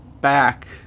back